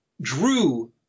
drew